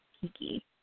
Kiki